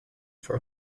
for